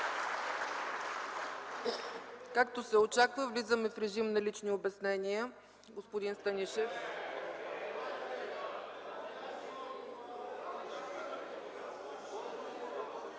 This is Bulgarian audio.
Както се очаква, влизаме в режим на лични обяснения – господин Станишев.